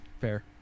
Fair